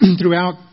throughout